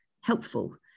helpful